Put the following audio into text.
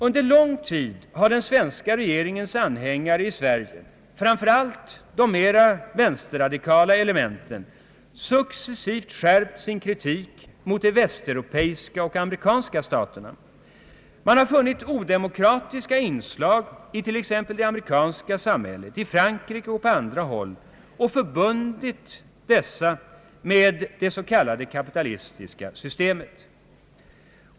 Under lång tid har den svenska regeringens anhängare i Sverige, framför allt de mera vänsterradikala elementen, successivt skärpt sin kritik mot de västeuropeiska och amerikanska staterna. Man har funnit odemokratiska inslag i t.ex. det amerikanska samhället, i Frankrike och på andra håll och förbundit dessa med det s.k. kapitalistiska systemet.